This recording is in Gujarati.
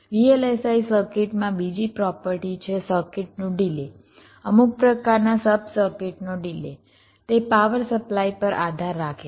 VLSI સર્કિટ્સમાં બીજી પ્રોપર્ટી છે સર્કિટનું ડિલે અમુક પ્રકારના સબ સર્કિટનો ડિલે તે પાવર સપ્લાય પર આધાર રાખે છે